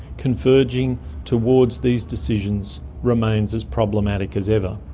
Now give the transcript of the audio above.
converging towards these decisions remains as problematic as ever.